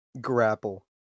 Grapple